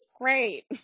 great